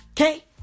Okay